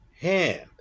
hand